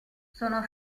sono